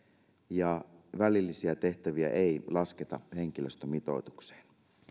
eikä välillisiä tehtäviä saa laskea henkilöstömitoitukseen